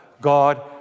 God